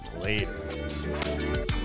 later